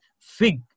fig